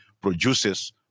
produces